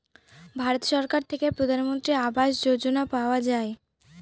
ভারত সরকার থেকে প্রধানমন্ত্রী আবাস যোজনা পাওয়া যায়